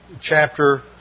chapter